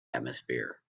atmosphere